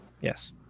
yes